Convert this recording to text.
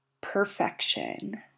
perfection